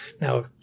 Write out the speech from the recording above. Now